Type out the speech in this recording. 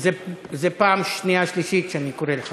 זו פעם שנייה-שלישית שאני קורא אותך.